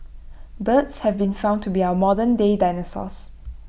birds have been found to be our modernday dinosaurs